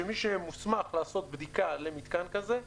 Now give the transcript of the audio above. שמי שמוסמך לעשות בדיקה למיתקן כזה,